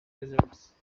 results